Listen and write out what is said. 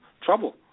trouble